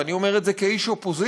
ואני אומר את זה כאיש אופוזיציה,